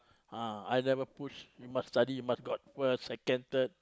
ah I never push you must study you must got first second third